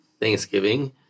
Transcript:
Thanksgiving